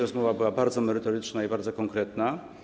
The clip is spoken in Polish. Rozmowa była bardzo merytoryczna i bardzo konkretna.